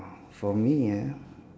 for me ah